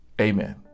amen